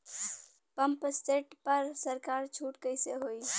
Pump set पर सरकार छूट कईसे होई?